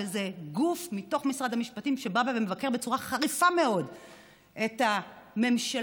שזה גוף בתוך משרד המשפטים שבא ומבקר בצורה חריפה מאוד את הממשלה,